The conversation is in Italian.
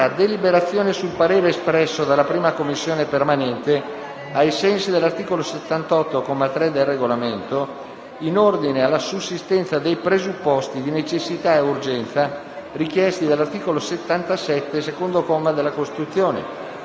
deliberazione sul parere espresso dalla 1a Commissione permanente, ai sensi dell'articolo 78, comma 3, del Regolamento, in ordine alla sussistenza dei presupposti di necessità e di urgenza richiesti dall'articolo 77, secondo comma, della Costituzione,